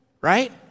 Right